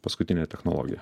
paskutinę technologiją